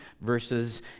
verses